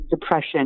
depression